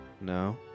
No